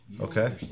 Okay